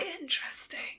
Interesting